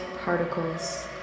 particles